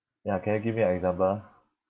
ya can you give me example